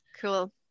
Cool